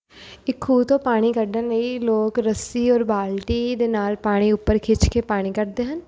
ਇਕ ਖੂਹ ਤੋਂ ਪਾਣੀ ਕੱਢਣ ਲਈ ਲੋਕ ਰੱਸੀ ਔਰ ਬਾਲਟੀ ਦੇ ਨਾਲ ਪਾਣੀ ਉੱਪਰ ਖਿੱਚ ਕੇ ਪਾਣੀ ਕੱਢਦੇ ਹਨ